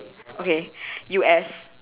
okay U_S